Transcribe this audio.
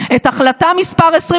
לשם